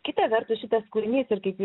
kita vertus šitas kūrinys ir kaip